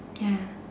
ya